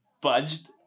budged